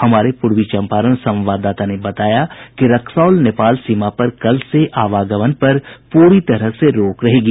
हमारे पूर्वी चंपारण संवाददाता ने बताया कि रक्सौल नेपाल सीमा पर कल से आवागमन पर पूरी तरह से रोक रहेगी